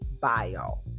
bio